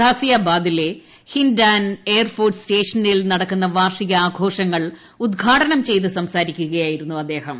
ഗാസിയാബിദിലെ Hindan air force സ്റ്റേഷനിൽ നടക്കുന്ന വാർഷികാഘോഷങ്ങൾ ഉദ്ഘാടനം ചെയ്ത് സംസാരിക്കുകയായിരുന്നു അദ്ദേഹം